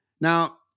Now